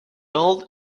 old